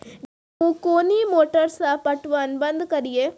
गेहूँ कोनी मोटर से पटवन बंद करिए?